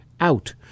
out